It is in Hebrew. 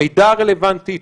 המידע הרלוונטי,